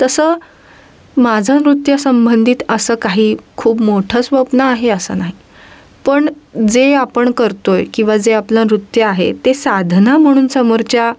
तसं माझा नृत्य संंबंधित असं काही खूप मोठं स्वप्न आहे असं नाही पण जे आपण करतो आहे किंवा जे आपलं नृत्य आहे ते साधना म्हणून समोरच्या